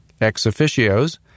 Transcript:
Ex-officios